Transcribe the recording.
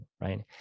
right